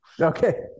Okay